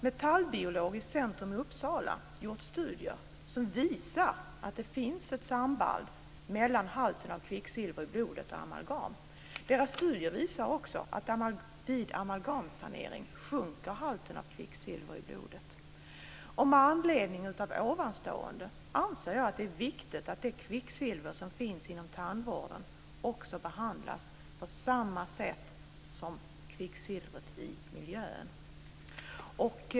Metallbiologiskt centrum i Uppsala har gjort studier som visar att det finns ett samband mellan halten av kvicksilver i blodet och amalgam. Dessa studier visar också att vid amalgamsanering sjunker halten av kvicksilver i blodet. Med anledning av det jag nu sagt anser jag att det är viktigt att det kvicksilver som finns inom tandvården behandlas på samma sätt som kvicksilvret i miljön.